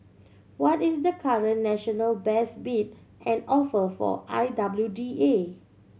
what is the current national best bid and offer for I W D A